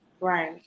right